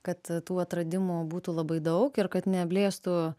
kad tų atradimų būtų labai daug ir kad neblėstų